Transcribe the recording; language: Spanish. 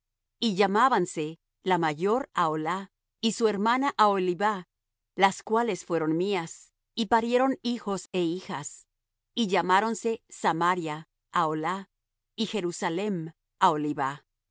y llamábanse la mayor aholah y su hermana aholibah las cuales fueron mías y parieron hijos é hijas y llamáronse samaria aholah y jerusalem aholibah y